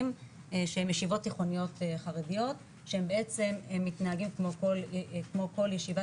שהם ישיבות תיכוניות חרדיות שהם בעצם מתנהגים כמו כל ישיבה